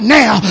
now